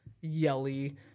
yelly